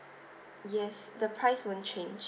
yes the price won't change